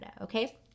okay